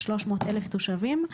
300 אלף תושבים,